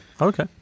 Okay